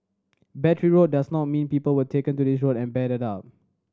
battery does not mean people were taken to this road and battered up